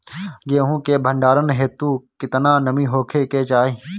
गेहूं के भंडारन हेतू कितना नमी होखे के चाहि?